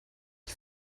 ich